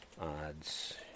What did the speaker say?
Odds